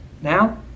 now